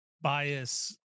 bias